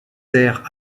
terres